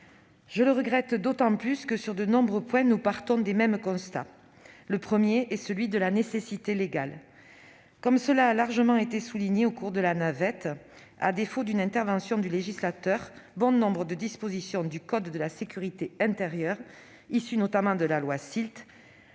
Je le regrette d'autant plus que, sur de nombreux points, nous partons des mêmes constats. Le premier est celui de la nécessité légale. Comme cela a largement été souligné au cours de la navette, à défaut d'une intervention du législateur, bon nombre de dispositions du code de la sécurité intérieure, issues notamment de la loi SILT,